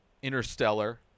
interstellar